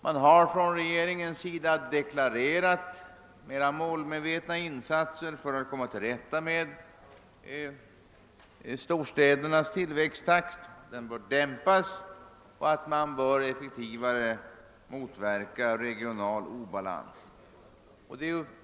Regeringen har deklarerat att det skall göras mera målmedvetna insatser för att komma till rätta med storstädernas tillväxttakt, som bör dämpas, och att regional obalans bör motverkas mera effektivt än nu.